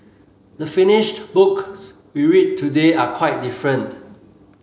the finished books we read today are quite different